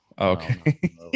Okay